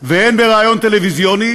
והן בריאיון בטלוויזיה,